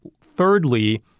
thirdly